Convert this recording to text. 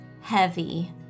heavy